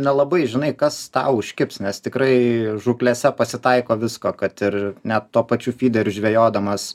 nelabai žinai kas tau užkibs nes tikrai žūklėse pasitaiko visko kad ir net tuo pačiu fyderiu žvejodamas